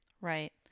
Right